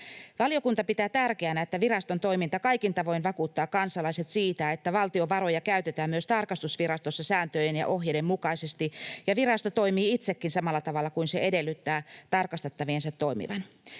Valiokunta pitää tärkeänä, että viraston toiminta kaikin tavoin vakuuttaa kansalaiset siitä, että valtion varoja käytetään myös tarkastusvirastossa sääntöjen ja ohjeiden mukaisesti ja virasto toimii itsekin samalla tavalla kuin se edellyttää tarkastettaviensa toimivan.